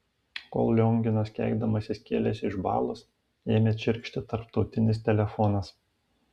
kol lionginas keikdamasis kėlėsi iš balos ėmė čirkšti tarptautinis telefonas